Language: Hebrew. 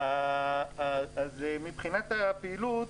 מבחינת הפעילות,